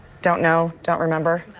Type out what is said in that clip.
don't know? don't remember?